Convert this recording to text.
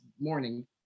morning